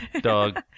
dog